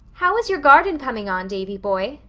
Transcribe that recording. how is your garden coming on, davy-boy?